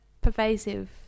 pervasive